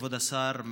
כבוד השר,